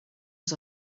was